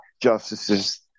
justices